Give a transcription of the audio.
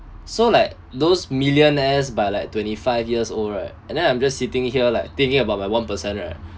so like those millionaires but like twenty five years old right and then I'm just sitting here like thinking about my one percent right